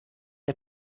der